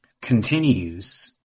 Continues